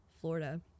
Florida